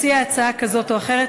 מציע הצעה כזאת או אחרת,